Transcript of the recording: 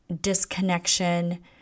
disconnection